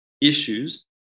issues